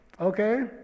okay